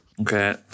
Okay